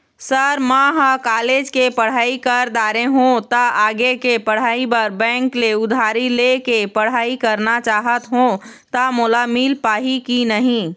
Sir म ह college के पढ़ाई कर दारें हों ता आगे के पढ़ाई बर बैंक ले उधारी ले के पढ़ाई करना चाहत हों ता मोला मील पाही की नहीं?